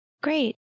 Great